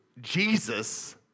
Jesus